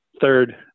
third